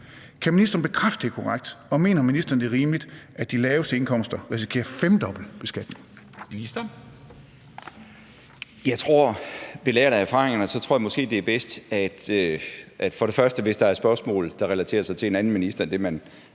Kan ministeren bekræfte, at det er korrekt, og mener ministeren, at det er rimeligt, at de laveste indkomster risikerer femdobbelt beskatning?